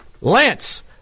Lance